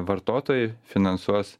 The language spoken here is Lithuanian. vartotojai finansuos